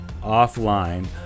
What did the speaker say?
offline